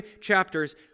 chapters